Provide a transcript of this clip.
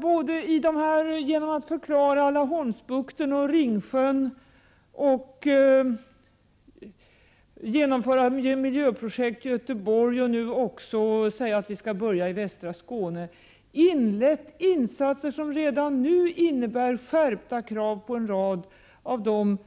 Genom samordnade regionala program i Laholmsbukten och i Ringsjön och miljöprojekt i Göteborg och nu också i västra Skåne har vi inlett insatser, som redan nu innebär skärpta krav för en rad